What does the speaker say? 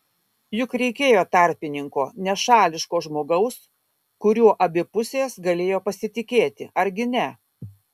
juk reikėjo tarpininko nešališko žmogaus kuriuo abi pusės galėjo pasitikėti argi ne